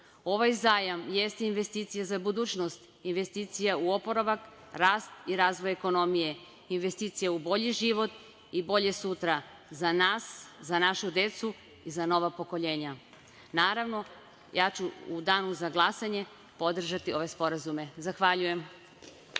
Ovaj zajam jeste investicija za budućnost, investicija u oporavak, rast i razvoj ekonomije, investicija u bolji život i bolje sutra, za nas, za našu decu i za nova pokoljenja. Naravno, ja ću u danu za glasanje podržati ove sporazume. Zahvaljujem.